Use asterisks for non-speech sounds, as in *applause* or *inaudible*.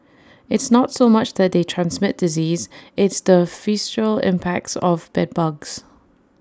it's not so much that they transmit disease it's the *unintelligible* impacts of bed bugs